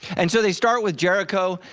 and so they start with jericho,